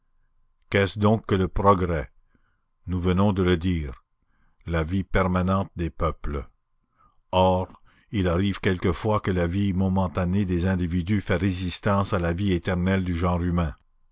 qu'est-ce donc que le progrès nous venons de le dire la vie permanente des peuples or il arrive quelquefois que la vie momentanée des individus fait résistance à la vie éternelle du genre humain